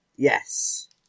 Yes